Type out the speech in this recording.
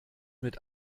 mit